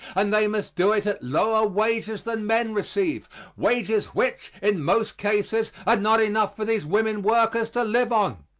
and they must do it at lower wages than men receive wages which, in most cases, are not enough for these women workers to live on.